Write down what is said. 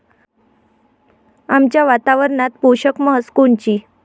आमच्या वातावरनात पोषक म्हस कोनची?